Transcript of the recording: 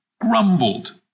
grumbled